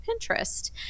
pinterest